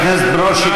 חבר הכנסת ברושי,